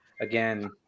Again